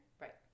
right